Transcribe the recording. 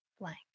blank